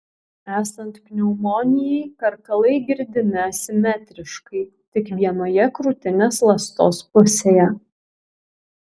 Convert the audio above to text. esant pneumonijai karkalai girdimi asimetriškai tik vienoje krūtinės ląstos pusėje